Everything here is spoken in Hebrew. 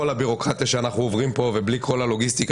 הביורוקרטיה שאנחנו עוברים פה ובלי כל הלוגיסטיקה